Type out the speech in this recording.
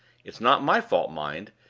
is not my fault, mind.